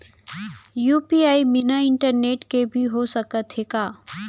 UPI बिना internet के भी हो सकत हे का?